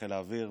בחיל האוויר,